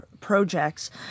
projects